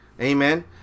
Amen